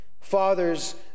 Fathers